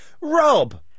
Rob